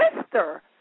sister